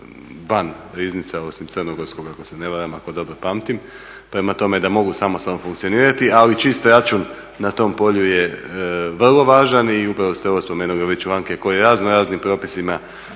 van Riznice osim … ako se ne varam, ako dobro pamtim, prema tome da mogu samostalno funkcionirati. Ali čist račun na tom polju je vrlo važan. I upravo ste ovo spomenuli, ove članke koji raznoraznim propisima